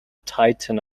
tighten